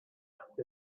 act